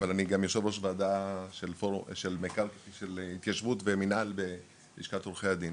אבל אני גם יושב-ראש ועדה של התיישבות ומינהל בלשכת עורכי הדין.